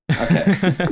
Okay